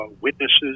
witnesses